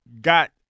got –